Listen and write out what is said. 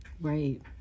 Right